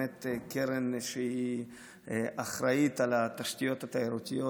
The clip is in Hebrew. קרן אחראית על התשתיות התיירותיות,